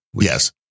Yes